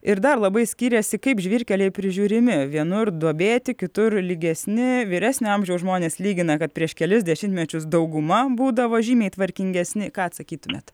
ir dar labai skiriasi kaip žvyrkeliai prižiūrimi vienur duobėti kitur lygesni vyresnio amžiaus žmonės lygina kad prieš kelis dešimtmečius dauguma būdavo žymiai tvarkingesni ką atsakytumėt